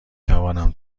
توانم